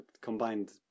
combined